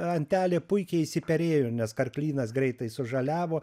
antelė puikiai išsiperėjo nes karklynas greitai sužaliavo